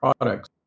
products